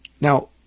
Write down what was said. Now